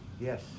Yes